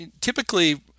typically